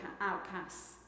outcasts